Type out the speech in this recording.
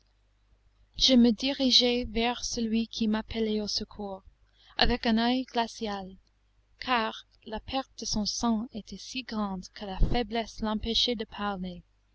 je me dirigeai vers celui qui m'appelait au secours avec un oeil glacial car la perte de son sang était si grande que la faiblesse l'empêchait de parler